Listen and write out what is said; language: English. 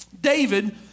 David